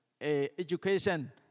education